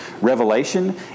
Revelation